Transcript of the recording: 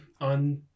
on